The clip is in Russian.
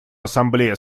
ассамблея